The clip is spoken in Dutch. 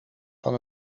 van